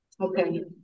okay